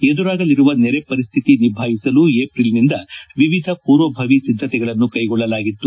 ಎದುರಾಗಲಿರುವ ನೆರೆ ಪರಿಸ್ಥಿತಿ ನಿಭಾಯಿಸಲು ವಿಪ್ರಿಲ್ನಿಂದ ವಿಎಧ ಪೂರ್ವಭಾವಿ ಸಿದ್ಧತೆಗಳನ್ನು ಕೈಗೊಳ್ಳಲಾಗಿತ್ತು